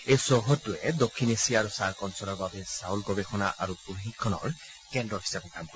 এই কেন্দ্ৰটোৱে দক্ষিণ এছিয়া আৰু চাৰ্ক অঞ্চলৰ বাবে চাউল গৱেষণা আৰু প্ৰশিক্ষণৰ কেন্দ্ৰ হিচাপে কাম কৰিব